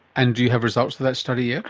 and do you have results for that study get?